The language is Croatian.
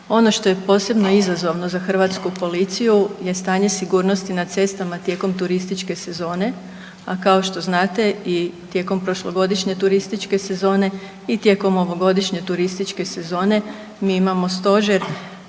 Ono što je posebno izazovno za hrvatsku policiju je stanje sigurnosti na cestama tijekom turističke sezone, a kao što znate i tijekom prošlogodišnje turističke sezone i tijekom ovogodišnje turističke sezone mi imamo stožer